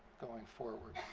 going forward.